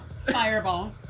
Fireball